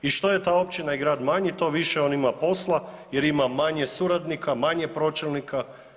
I što je taj općina i grad manji to više on ima posla jer ima manje suradnika, manje pročelnika.